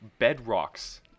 bedrocks